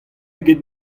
eget